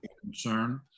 concern